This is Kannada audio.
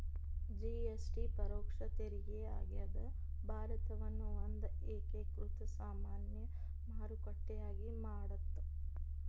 ಜಿ.ಎಸ್.ಟಿ ಪರೋಕ್ಷ ತೆರಿಗೆ ಆಗ್ಯಾದ ಭಾರತವನ್ನ ಒಂದ ಏಕೇಕೃತ ಸಾಮಾನ್ಯ ಮಾರುಕಟ್ಟೆಯಾಗಿ ಮಾಡತ್ತ